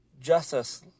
Justice